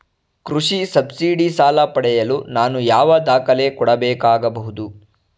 ಕೃಷಿ ಸಬ್ಸಿಡಿ ಸಾಲ ಪಡೆಯಲು ನಾನು ಯಾವ ದಾಖಲೆ ಕೊಡಬೇಕಾಗಬಹುದು?